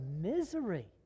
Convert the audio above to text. misery